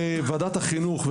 חברי ועדת החינוך,